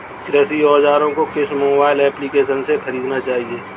कृषि औज़ार को किस मोबाइल एप्पलीकेशन से ख़रीदना चाहिए?